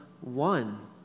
one